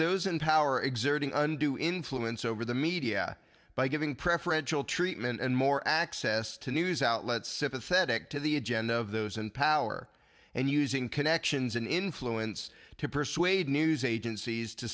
those in power exerting undue influence over the media by giving preferential treatment and more access to news outlets sympathetic to the agenda of those in power and using connections and influence to persuade news agencies to